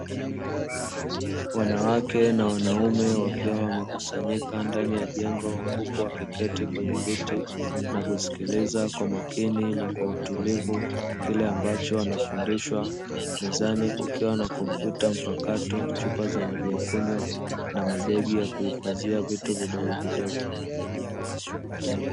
Wanawake na wanaume wakiwa wamekusanyika ndani ya jengo huku wakiketi kwenye viti na kusikiliza kwa makini na utulivu kile ambacho wanafundishwa; mezani kukiwa na kompyuta mpakato, chupa za maji ya kunywa na mabegi ya kuhifadhia vitu vidogovidogo.